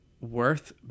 worth